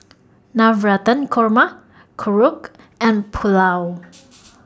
Navratan Korma Korokke and Pulao